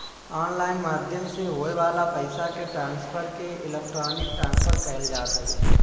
online माध्यम से होए वाला पईसा के ट्रांसफर के इलेक्ट्रोनिक ट्रांसफ़र कहल जात हवे